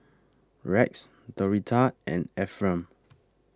Rex Doretha and Ephriam